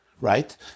Right